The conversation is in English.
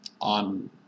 on